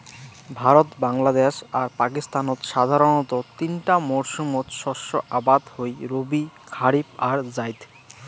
ভারত, বাংলাদ্যাশ আর পাকিস্তানত সাধারণতঃ তিনটা মরসুমত শস্য আবাদ হই রবি, খারিফ আর জাইদ